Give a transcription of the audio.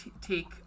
take